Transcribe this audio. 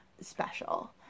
special